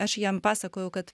aš jam pasakojau kad